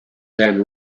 than